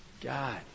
God